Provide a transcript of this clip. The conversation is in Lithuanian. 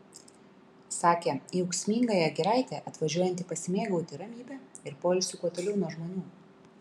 sakė į ūksmingąją giraitę atvažiuojanti pasimėgauti ramybe ir poilsiu kuo toliau nuo žmonių